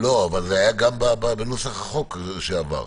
זה היה בנוסח החוק שעבר.